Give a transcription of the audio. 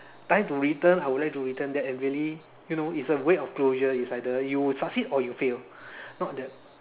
time to return I would like to return that and really you know is a way of closure is like you would succeed or you fail not that